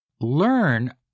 learn